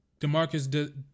Demarcus